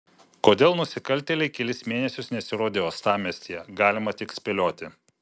kodėl nusikaltėliai kelis mėnesius nesirodė uostamiestyje galima tik spėlioti